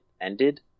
ended